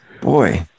boy